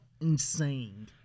insane